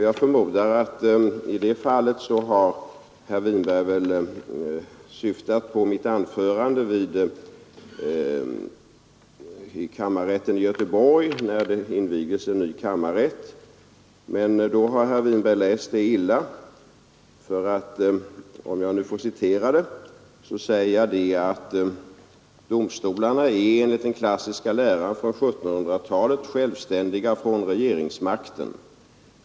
Jag förmodar att herr Winberg i det fallet syftar på mitt anförande i Göteborg när det invigdes en ny kammarrätt, men det har herr Winberg läst illa, för om jag nu får citera ur det så säger jag: Domstolarna är enligt den klassiska läran från 1700-talet självständiga gentemot regeringsmakten.